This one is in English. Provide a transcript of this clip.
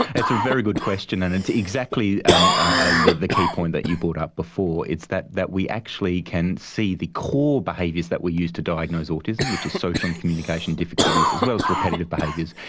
it's a very good question, and it's exactly and ah the the key point that you brought up before, it's that that we actually can see the core behaviours that we use to diagnose autism, which is social and communication difficulties, as well as repetitive behaviours,